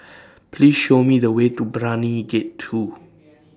Please Show Me The Way to Brani Gate two